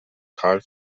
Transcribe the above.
karl